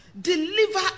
Deliver